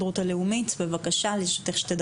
לפי החישוב שלי זה יוצא 240, אבל בסדר.